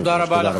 תודה רבה.